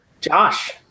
Josh